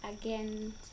again